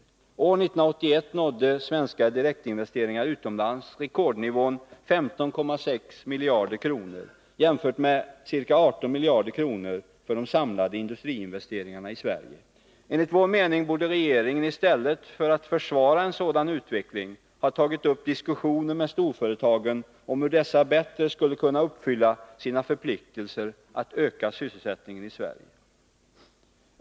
År 1981 nådde svenska direktinvesteringar utomlands rekordnivån 15,6 miljarder kronor, jämfört med ca 18 miljarder kronor för de samlade industriinvesteringarna i Sverige. Enligt vår mening borde regeringen i stället för att försvara en sådan utveckling ha tagit upp diskussioner med storföretagen om hur dessa bättre skulle kunna uppfylla sina förpliktelser att öka sysselsättningen i Sverige.